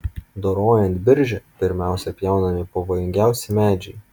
dorojant biržę pirmiausia pjaunami pavojingiausi medžiai